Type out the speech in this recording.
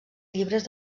llibres